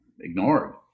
ignored